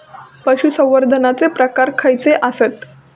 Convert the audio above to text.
पशुसंवर्धनाचे प्रकार खयचे आसत?